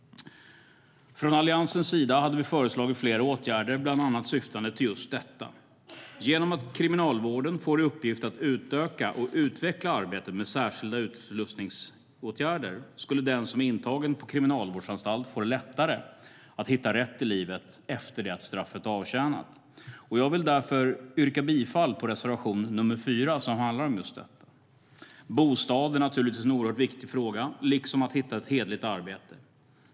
Från Alliansens sida hade vi föreslagit flera åtgärder syftande till bland annat detta. Genom att Kriminalvården får i uppgift att utöka och utveckla arbetet med särskilda utslussningsåtgärder får den som är intagen på kriminalvårdsanstalt det lättare att hitta rätt i livet efter det att straffet är avtjänat. Jag yrkar därför bifall till reservation 4, som handlar om just detta. Bostad är naturligtvis en oerhört viktig fråga, liksom att hitta ett hederligt arbete.